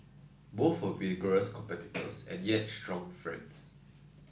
both were vigorous competitors and yet strong friends